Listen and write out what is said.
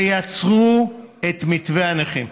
ויצרו את מתווה הנכים.